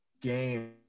game